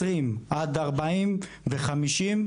20-50,